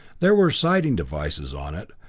there were sighting devices on it,